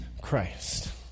Christ